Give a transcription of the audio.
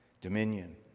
dominion